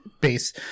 Base